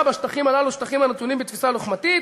בשטחים הללו שטחים הנתונים בתפיסה לוחמתית,